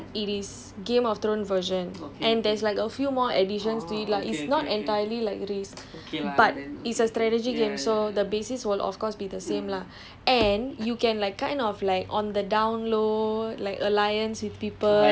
ya I was telling them I was telling them it's exactly like risk but it is game of thrones version and there's like a few more additions to it lah it's like not entirely like risk but it's a strategy game so the basis will of course be the same lah